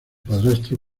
padrastro